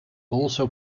also